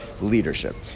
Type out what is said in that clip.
leadership